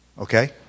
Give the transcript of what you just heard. okay